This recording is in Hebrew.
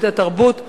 את התרבות לפריפריה?